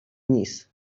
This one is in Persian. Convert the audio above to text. نیست